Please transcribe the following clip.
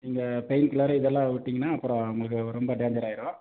நீங்கள் பெயின்கில்லர் இதெல்லாம் விட்டிங்கன்னா அப்பறம் உங்களுக்கு ரொம்ப டேஞ்சர் ஆயிடும்